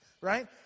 right